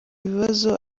bibazo